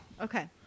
Okay